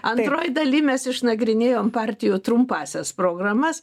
antroj daly mes išnagrinėjom partijų trumpąsias programas